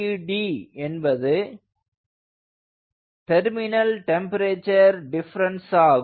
TTD என்பது terminal temperature difference ஆகும்